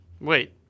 Wait